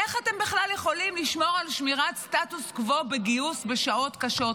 איך אתם בכלל יכולים לשמור על סטטוס קוו בגיוס בשעות קשות כאלה?